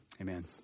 Amen